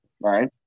Right